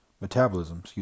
metabolism